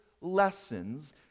lessons